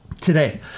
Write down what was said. Today